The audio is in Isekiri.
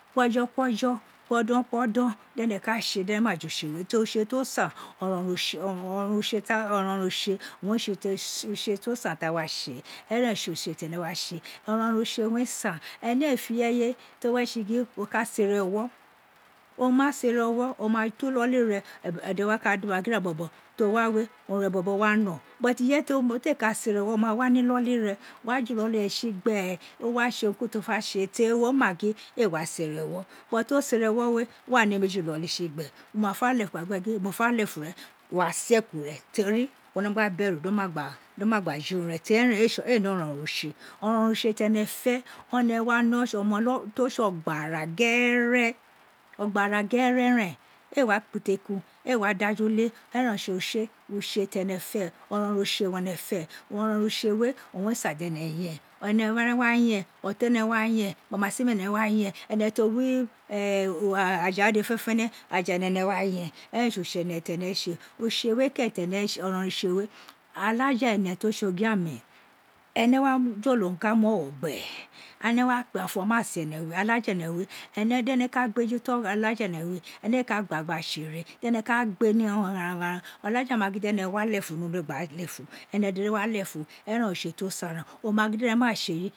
Kpojo, kpojo, kpodon kpodon dene ka tse, de̱ne̱ ma ju utse we teri utse ti o san oronron utse ne tse utse ti o san ta wa tse, eren ne tse utse tene wa tse, oronron utse re san ene éè fe ireye to wa tse gin oka sere ewo, o ma sere ewo o ma to iloli re edon wa ka da uwo a gin ira bobo to wa we urun bobo wa no, but ireye te ka sere ewọ o ma wa ni iloli re wo wa fu iloli re tsi gbe o wa tse urun ko urun ti ofa tse teri wo ma gin éè wa sere ewo but to sere ewo we wéè wa nemi jin iloli tsi gbe, wo ma fe lefun wa gin gbe gin mo fa lefin ren, wo wa se ekin re teri wo wi no gba beru do ina gba do ma gba jī urun re teri ren éé ne oronron utse, ororon utse tene fe one oma to tse ogbra ghore, ogbara gheren nen, ee wa kpa iteku ee wa da ju le, eren re tse tse tene fe, orourou utse we ne fe, oronron utse we owun re san dene yen ene wa yen, oton ene wa yen mamasima ene wa yen, ene ti o wi aja we dede fene fene aja ene ene tene tse utse we keren tene tse oron rou utse we olaja ene ti o tse ogiame ene wa jolo ka mu ogho gbe ene wa kpe afomasin ene we alaja ene we di ene ka befuto olaja ene we, ene ee ka gba gba tse ere, dene ka gbe ni ubo oghan olaja na gin dene wa lefun nonuwe gba lefun ene dede wa lefun eren utse ti o sai nen, o ma gin di ene maa tse eyi